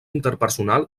interpersonal